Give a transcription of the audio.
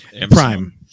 Prime